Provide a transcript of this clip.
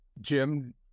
Jim